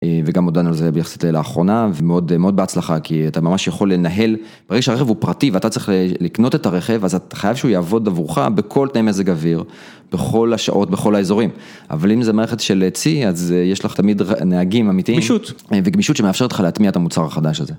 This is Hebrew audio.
וגם הודענו על זה ביחסית לאחרונה, ומאוד בהצלחה, כי אתה ממש יכול לנהל, ברגע שהרכב הוא פרטי ואתה צריך לקנות את הרכב, אז אתה חייב שהוא יעבוד עבורך בכל תנאי מזג אוויר, בכל השעות, בכל האזורים. אבל אם זה מערכת של צי, אז יש לך תמיד נהגים אמיתיים. וגמישות. וגמישות שמאפשר אותך להטמיע את המוצר החדש הזה.